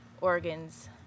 organs